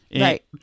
Right